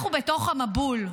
אנחנו בתוך המבול,